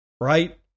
right